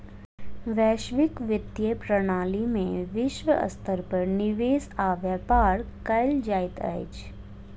वैश्विक वित्तीय प्रणाली में विश्व स्तर पर निवेश आ व्यापार कयल जाइत अछि